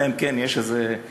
אלא אם כן יש איזשהו תכנון.